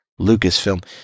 Lucasfilm